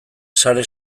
sare